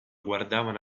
guardavano